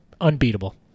unbeatable